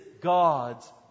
God's